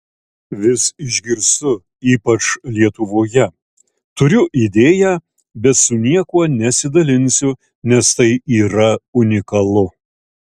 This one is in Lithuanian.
vis išgirstu ypač lietuvoje turiu idėją bet su niekuo nesidalinsiu nes tai yra unikalu